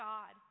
God